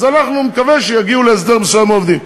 אז אנחנו נקווה שיגיעו להסדר מסוים עם העובדים.